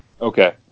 Okay